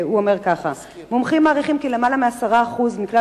הוא אומר ככה: "מומחים מעריכים כי למעלה מ-10% מכלל